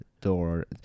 door